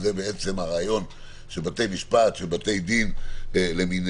זה בעצם הרעיון של בתי משפט, של בתי דין למיניהם.